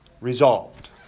resolved